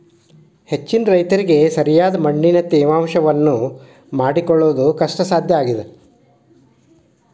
ಹೆಚ್ಚಿನ ರೈತರಿಗೆ ಸರಿಯಾದ ಮಣ್ಣಿನ ತೇವಾಂಶವನ್ನು ಮಾಡಿಕೊಳ್ಳವುದು ಕಷ್ಟಸಾಧ್ಯವಾಗಿದೆ